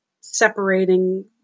separating